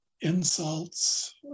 insults